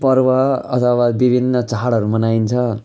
पर्व अथवा विभिन्न चाडहरू मनाइन्छ